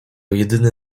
jedyny